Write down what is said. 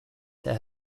there